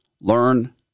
learn